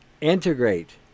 integrate